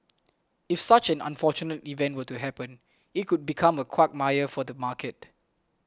if such an unfortunate event were to happen it could become a quagmire for the market